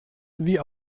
wie